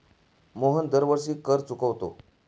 मोहन दरवर्षी कर चुकवतो